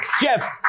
Jeff